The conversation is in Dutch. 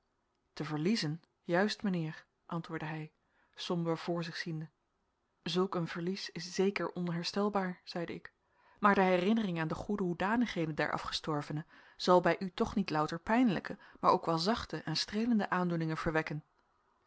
te verliezen juist mijnheer antwoordde hij somber voor zich ziende zulk een verlies is zeker onherstelbaar zeide ik maar de herinnering aan de goede hoedanigheden der afgestorvene zal hij u toch niet louter pijnlijke maar ook wel zachte en streelende aandoeningen verwekken